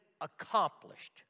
accomplished